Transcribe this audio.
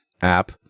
app